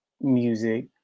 music